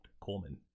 Coleman